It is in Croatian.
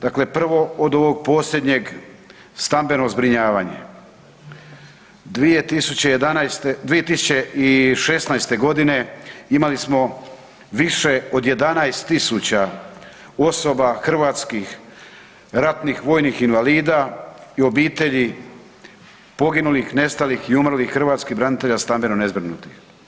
Dakle, prvo od ovog posljednjeg stambeno zbrinjavanje, 2011., 2016. godine imali smo više od 11.000 osoba hrvatskih ratnih vojnih invalida i obitelji poginulih, nestalih i umrlih hrvatskih branitelja stambeno nezbrinutih.